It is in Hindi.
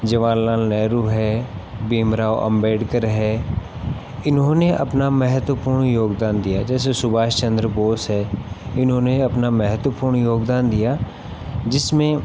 जवाहर लाल नेहरू है भीमराव अम्बेडकर है इन्होंने अपना महेत्वपूर्ण योगदान दिया जैसे सुभाष चन्द्र बॉस है इन्होंने अपना महत्वपूर्ण योगदान दिया जिसमें